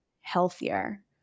healthier